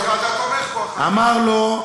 אמר לו,